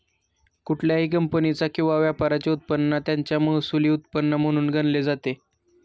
कुठल्याही कंपनीचा किंवा व्यापाराचे उत्पन्न त्याचं महसुली उत्पन्न म्हणून गणले जाते